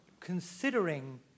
considering